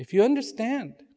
if you understand